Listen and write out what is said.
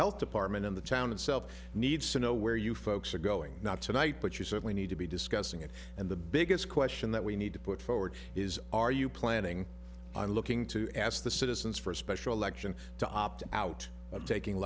health department in the town itself needs to know where you folks are going not tonight but you certainly need to be discussing it and the biggest question that we need to put forward is are you planning i'm looking to ask the citizens for a special election to opt out of taking